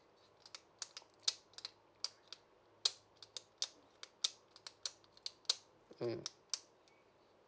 mm